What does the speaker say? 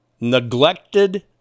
neglected